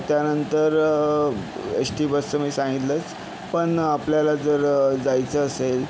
त्यानंतर S T बसचं मी सांगितलंच पण आपल्याला जर जायचं असेल